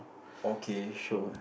okay sure